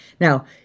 Now